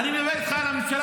אני מדבר איתך על הממשלה.